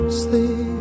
sleep